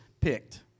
picked